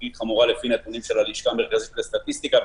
לפי הנתונים של הלשכה המרכזית לסטטיסטיקה,